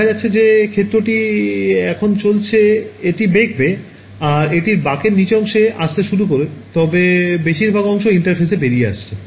দেখা যাচ্ছে যে ক্ষেত্রটি এখন চলছে এটি বেকবে এবং এটি বাঁকের নীচের অংশে আসতে শুরু করে তবে বেশিরভাগ অংশটি ইন্টারফেসে বেড়িয়ে আসছে